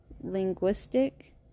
linguistic